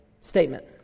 statement